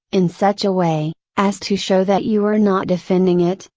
in such a way, as to show that you are not defending it,